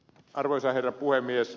arvoisa herra puhemies